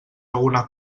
alguna